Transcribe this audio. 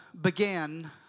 Began